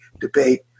debate